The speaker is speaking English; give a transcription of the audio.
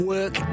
Work